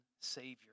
Savior